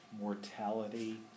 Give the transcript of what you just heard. mortality